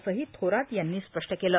असंही थोरात यांनी स्पष्ट केलं